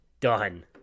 Done